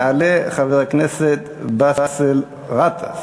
יעלה חבר הכנסת באסל גטאס.